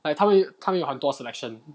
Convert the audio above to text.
like 他们他们有很多 selection